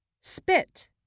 spit